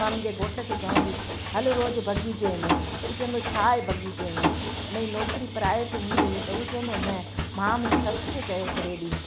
मां मुंहिंजे घोट खे चवंदी हलु रोजु बाग़ीचे में उहो चवंदो छा आहे बाग़ीचे में उन ई नौकिरी प्राइवेट हूंदी हुई त हू चवंदो न मां मुंहिंजी सस खे चयो हिकिड़े ॾींहुं